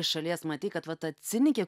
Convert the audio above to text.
iš šalies matei kad va ta cinikė